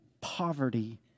poverty